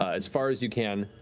as far as you can.